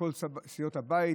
מכל סיעות הבית,